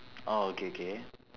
orh okay okay